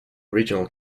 original